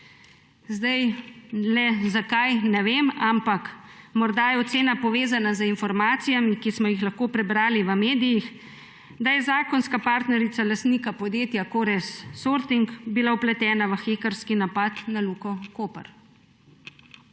Zakaj, ne vem, ampak morda je ocena povezana z informacijami, ki smo jih lahko prebrali v medijih – da je bila zakonska partnerica lastnika podjetja Korez-Sorting vpletena v hekerski napad na Luko Koper.